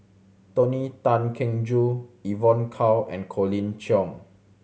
Tony Tan Keng Joo Evon Kow and Colin Cheong